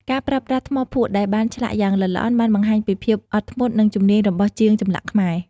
ការប្រើប្រាស់ថ្មភក់ដែលបានឆ្លាក់យ៉ាងល្អិតល្អន់បានបង្ហាញពីភាពអត់ធ្មត់និងជំនាញរបស់ជាងចម្លាក់ខ្មែរ។